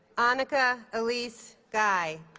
annika elise guy